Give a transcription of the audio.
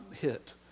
hit